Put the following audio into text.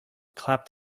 clapped